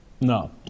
No